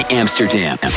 Amsterdam